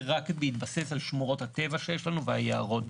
רק בהתבסס על שמורות הטבע שיש לנו והיערות.